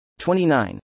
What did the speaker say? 29